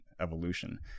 evolution